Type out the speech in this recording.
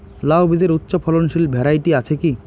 লাউ বীজের উচ্চ ফলনশীল ভ্যারাইটি আছে কী?